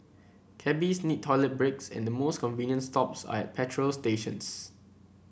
cabbies need toilet breaks and the most convenient stops are at petrol stations